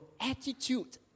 attitude